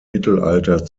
mittelalter